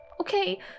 Okay